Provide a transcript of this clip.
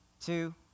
two